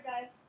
guys